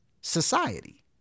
society